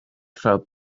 felt